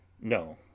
No